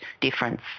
difference